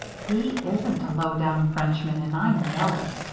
he isn't a low-down frenchman and i know it,